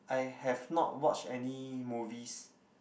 I have not watched any movies